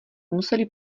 museli